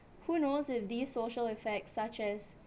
who knows if these social effects such as